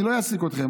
אני לא אעסיק אתכם,